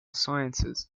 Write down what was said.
sciences